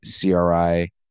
CRI